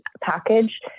package